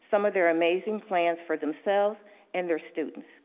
some of their amazing plans for themselves and their students.